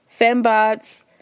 fembots